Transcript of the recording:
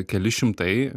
keli šimtai